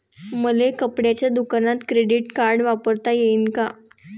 मले कपड्याच्या दुकानात क्रेडिट कार्ड वापरता येईन का?